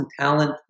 talent